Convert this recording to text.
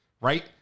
Right